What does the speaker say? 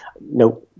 No